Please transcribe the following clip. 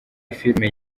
filime